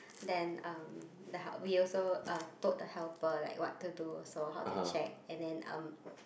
then um the help~ we also uh told the helper like what to do also how to check and then um